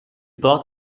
braucht